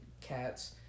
cats